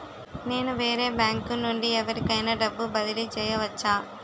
నేను వేరే బ్యాంకు నుండి ఎవరికైనా డబ్బు బదిలీ చేయవచ్చా?